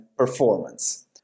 performance